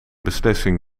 beslissing